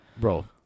bro